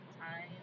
time